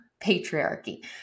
patriarchy